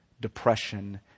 depression